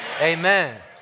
Amen